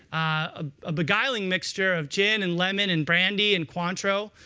ah a beguiling mixture of gin and lemon, and brandy and cuantro.